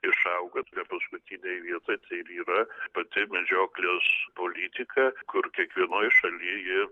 išaugant ne paskutinėj vietoj tai ir yra pati medžioklės politika kur kiekvienoj šaly ji